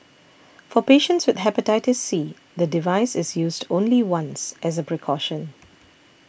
for patients with Hepatitis C the device is used only once as a precaution